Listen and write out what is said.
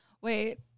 Wait